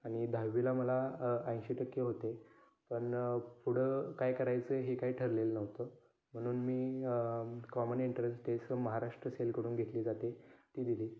आणि दहावीला मला अ ऐंशी टक्के होते पण पुढं काय करायचं आहे हे काही ठरलेलं नव्हतं म्हणून मी कॉमन एन्ट्रन्स टेस्ट महाराष्ट्र सेलकडून घेतली जाते ती दिली